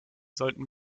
sollten